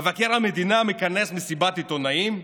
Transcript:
מבקר המדינה מכנס מסיבת עיתונאים.